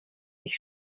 sich